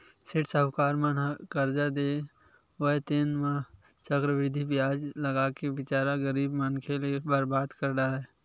सेठ साहूकार मन ह करजा देवय तेन म चक्रबृद्धि बियाज लगाके बिचारा गरीब मनखे ल बरबाद कर डारय